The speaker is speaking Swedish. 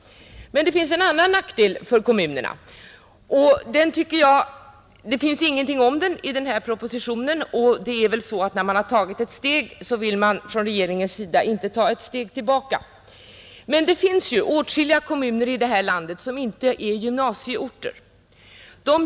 Men det finns en annan nackdel för: kommunerna, även om det inte sägs någonting om den i den här propositionen. Det finns ju åtskilliga kommuner här i landet som inte är gymnasieorter.